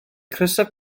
crysau